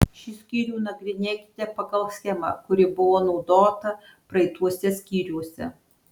šį skyrių nagrinėkite pagal schemą kuri buvo naudota praeituose skyriuose